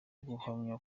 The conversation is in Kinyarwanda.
guhamya